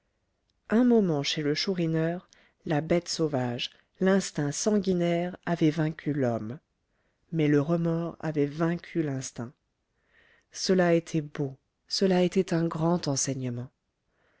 un moment chez le chourineur la bête sauvage l'instinct sanguinaire avait vaincu l'homme mais le remords avait vaincu l'instinct cela était beau cela était un grand enseignement